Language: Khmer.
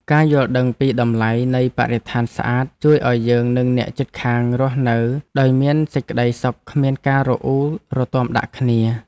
ការយល់ដឹងពីតម្លៃនៃបរិស្ថានស្អាតជួយឱ្យយើងនិងអ្នកជិតខាងរស់នៅដោយមានសេចក្តីសុខគ្មានការរអ៊ូរទាំដាក់គ្នា។